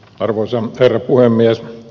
arvoisa herra puhemies